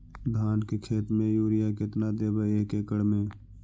धान के खेत में युरिया केतना देबै एक एकड़ में?